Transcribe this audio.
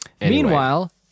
Meanwhile